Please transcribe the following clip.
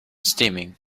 steaming